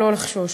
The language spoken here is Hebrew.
לא לחשוש.